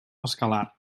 escalar